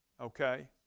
okay